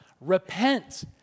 Repent